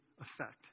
effect